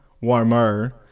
warmer